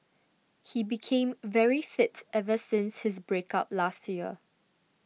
he became very fit ever since his break up last year